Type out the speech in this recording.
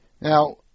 Now